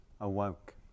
awoke